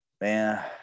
Man